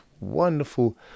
wonderful